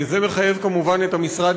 זה מחייב את המשרד,